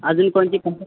अजून कोणती कंप